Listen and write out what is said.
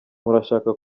murashaka